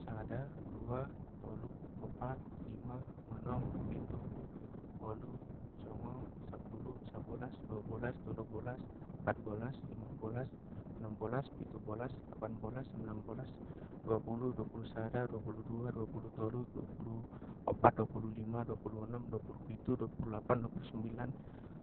Sada, dua, tolu, opat, lima, onom, pitu, wolu, songo, sappulu, sabolas, duabolas, tolubolas, opatbolas, limabolas, onombolas, pitubolas, lapanbolas, sambilanbolas, duapulu, duapulusada, duapuludua, duapulutolu, duapuluopat, duapululima, duapuluonom, duapulupitu, duapululapan, duapulusambilan,